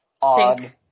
on